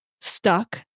stuck